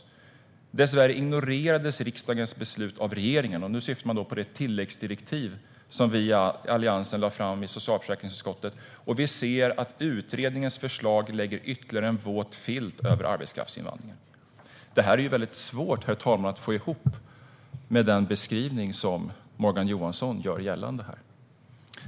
Det står också: "Dessvärre ignorerades riksdagens beslut av regeringen" - då syftar man på det tilläggsdirektiv som vi i Alliansen lade fram i socialförsäkringsutskottet - "och vi ser att utredningens förslag lägger ytterligare en våt filt över arbetskraftsinvandringen." Detta är väldigt svårt, herr talman, att få ihop med den beskrivning som Morgan Johansson gör gällande.